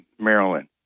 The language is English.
Maryland